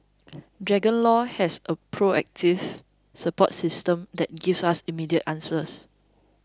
Dragon Law has a proactive support system that gives us immediate answers